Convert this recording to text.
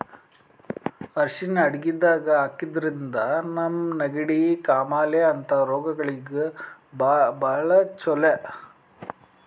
ಅರ್ಷಿಣ್ ಅಡಗಿದಾಗ್ ಹಾಕಿದ್ರಿಂದ ನಮ್ಗ್ ನೆಗಡಿ, ಕಾಮಾಲೆ ಅಂಥ ರೋಗಗಳಿಗ್ ಭಾಳ್ ಛಲೋ